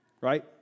right